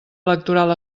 electoral